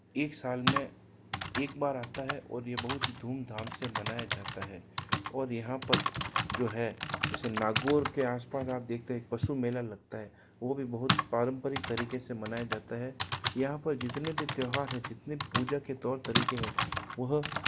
एक साल में एक बार आता है और ये बहुत ही धूमधाम से मनाया जाता है और यहाँ पर जो है उसे नागौर के आसपास आप देखते हैं पशु मेला लगता है वो भी बहुत पारंपरिक तरीके से मनाया जाता है यहाँ पर जितने भी त्यौहार हैं जितने पूजा के तौर तरीके हैं वह